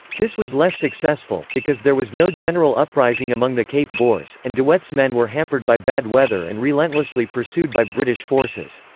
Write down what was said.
this was less successful, because there was no general uprising among the cape boers, and de wet's men were hampered by bad weather and relentlessly pursued by british forces.